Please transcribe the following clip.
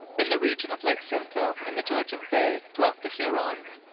in the region of lake simcoe and the georgian bay, dwelt the hurons,